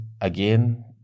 again